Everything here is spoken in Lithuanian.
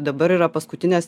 dabar yra paskutinės